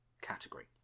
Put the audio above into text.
category